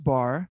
Bar